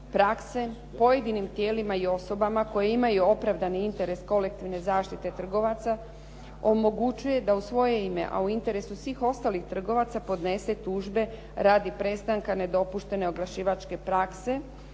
prakse, pojedinim tijelima i osobama koje imaju opravdani interes kolektivne zaštite trgovaca, omogućuje da u svoje ime, a u interesu svih ostalih trgovaca podnese tužbe radi prestanka nedopuštene oglašivačke prakse,